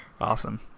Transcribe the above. Awesome